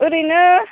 ओरैनो